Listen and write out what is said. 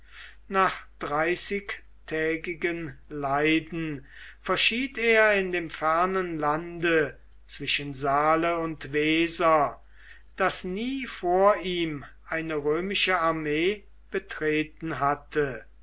nach dreißigtägigen leiden verschied er in dem fernen lande zwischen saale und weser das nie vor ihm eine römische armee betreten hatte